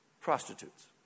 prostitutes